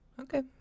Okay